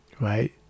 right